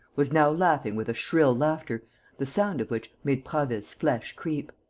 was now laughing with a shrill laughter the sound of which made prasville's flesh creep